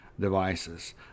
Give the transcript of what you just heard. devices